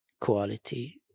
quality